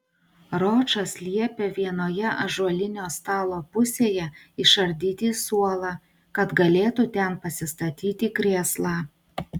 ročas liepė vienoje ąžuolinio stalo pusėje išardyti suolą kad galėtų ten pasistatyti krėslą